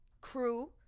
Crew